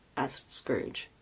asked scrooge.